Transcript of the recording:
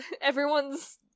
Everyone's